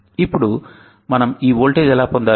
ఇప్పుడు మనం ఈ వోల్టేజ్ ఎలా పొందాలి